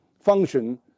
function